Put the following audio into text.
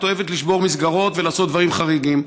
את אוהבת לשבור מסגרות ולעשות דברים חריגים,